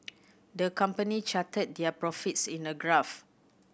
the company charted their profits in a graph